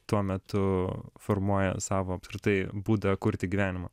tuo metu formuoja savo apskritai būdą kurti gyvenimą